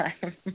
time